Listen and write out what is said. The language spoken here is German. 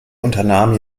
unternahm